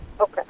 Okay